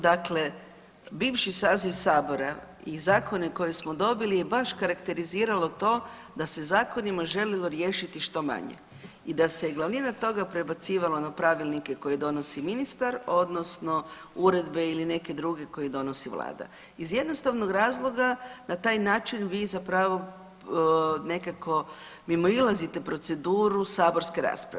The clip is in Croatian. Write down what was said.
Dakle bivši saziv Sabora i zakone koje smo dobili je baš karakteriziralo to da se zakonima željelo riješiti što manje i da se glavnina toga prebacivalo na pravilnike koje donosi ministar odnosno uredbe ili neke druge, koje donosi Vlada iz jednostavnog razloga, na taj način vi zapravo nekako mimoilazite proceduru saborske rasprave.